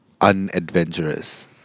unadventurous